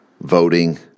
voting